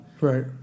Right